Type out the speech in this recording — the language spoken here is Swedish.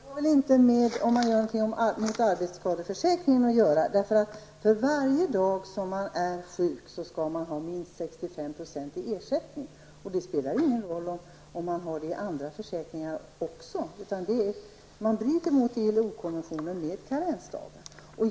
Herr talman! Vi håller inte med om att det här har att göra med arbetsskadeförsäkringen. För varje dag som man är sjuk skall man ha minst 65 % i ersättning, och det spelar ingen roll om man får det också genom andra försäkringar. Med karensdagar bryter man mot ILO-konventionen.